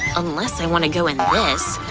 unless i wanna go in this,